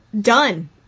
Done